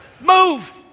Move